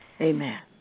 Amen